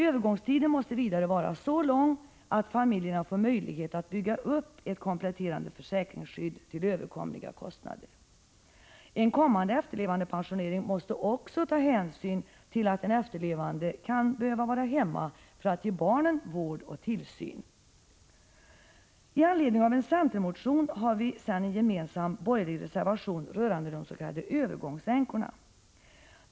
Övergångstiden måste vidare vara så lång att familjerna får möjlighet att bygga upp ett kompletterande försäkringsskydd till överkomliga kostnader. En kommande efterlevandepensionering måste också omfatta det fallet att den efterlevande kan behöva vara hemma för att ge barnen vård och tillsyn. Med anledning av en centermotion har vi en gemensam borgerlig reservation rörande de s.k. övergångsänkorna.